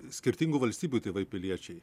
skirtingų valstybių tėvai piliečiai